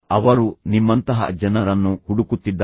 ಅವರು ನಿಮ್ಮಂತಹ ಜನರನ್ನು ಹುಡುಕುತ್ತಿದ್ದಾರೆ